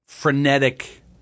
frenetic